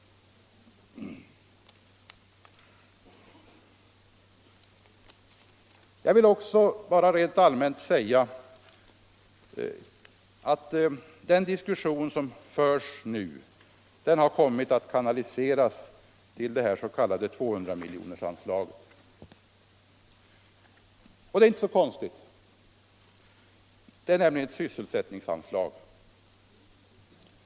Jag vill rent allmänt säga att det är inte så konstigt att den diskussion som förs nu har kommit att kanaliseras till det s.k. 200-miljonersanslaget. Detta är nämligen ett sysselsättningsanslag.